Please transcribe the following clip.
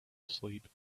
sleep